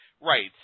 right